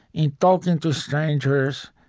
in talking to strangers,